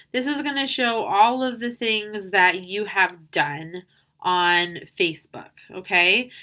this is going to show all of the things that you have done on facebook, okay.